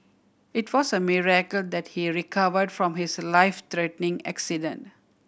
it was a miracle that he recovered from his life threatening accident